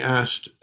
asked